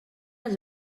els